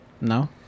No